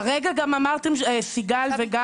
אבל לפחות את המנגנונים הידועים וקיימים,